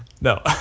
No